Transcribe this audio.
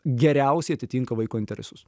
geriausiai atitinka vaiko interesus